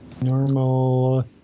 Normal